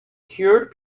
cured